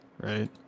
right